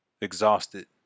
Exhausted